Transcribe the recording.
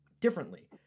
differently